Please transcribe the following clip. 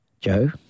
Joe